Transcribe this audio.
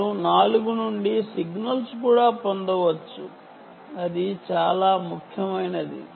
ఇవి 4 నుండి సిగ్నల్ను కూడా పొందవచ్చు అది చాలా ముఖ్యమైనది